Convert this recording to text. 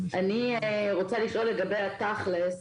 אני רוצה לשאול לגבי התכל'ס.